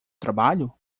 trabalho